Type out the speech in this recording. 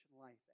life